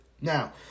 Now